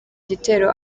gitero